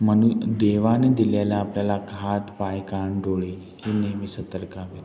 म्हणून देवाने दिलेलं आपल्याला का हात पाय कान डोळे ही नेहमी सतर्क